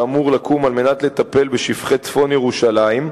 שאמור לקום על מנת לטפל בשופכי צפון ירושלים,